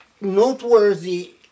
Noteworthy